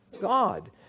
God